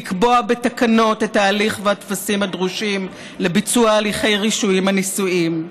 לקבוע בתקנות את ההליך והטפסים הדרושים לביצוע הליכי רישום הנישואים.